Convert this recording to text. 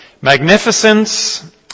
magnificence